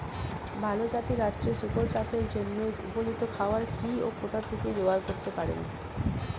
ভালো জাতিরাষ্ট্রের শুকর চাষের জন্য উপযুক্ত খাবার কি ও কোথা থেকে জোগাড় করতে পারব?